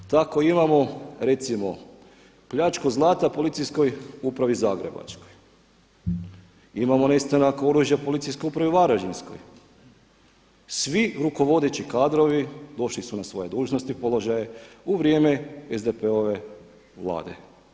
Tako imamo recimo pljačku zlata u Policijskoj upravi Zagrebačkoj, imamo nestanak oružja u Policijskoj upravi Varaždinskoj, svi rukovodeći kadrovi došli su na svoje dužnosti i položaje u vrijeme SDP-ove vlade.